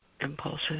impulses